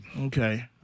Okay